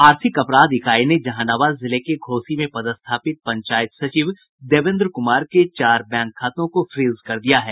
आर्थिक अपराध इकाई ने जहानाबाद जिले के घोसी में पदस्थापित पंचायत सचिव देवेन्द्र कुमार के चार बैंक खातों को फ्रीज कर दिया है